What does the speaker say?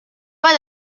pas